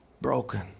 broken